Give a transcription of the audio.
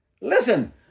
listen